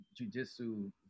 jujitsu